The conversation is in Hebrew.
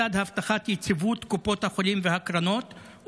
לצד הבטחת יציבות קופות החולים והקרנות,